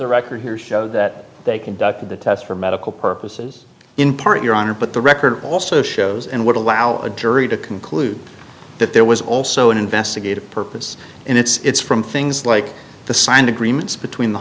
the record here show that they conducted the test for medical purposes in part your honor but the record also shows and would allow a jury to conclude that there was also an investigative purpose and it's from things like the signed agreements between the